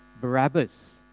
Barabbas